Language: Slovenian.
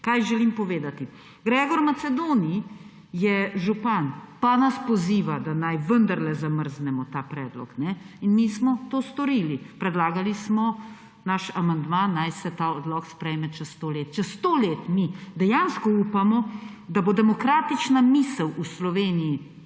Kaj želim povedati? Gregor Macedoni je župan pa nas poziva, da naj vendarle zamrznemo ta predlog. Mi smo to storili, predlagali smo naš amandma, naj se ta odlok sprejme čez 100 let. Čez 100 let mi dejansko upamo, da bo demokratična misel v Sloveniji